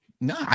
No